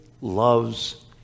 loves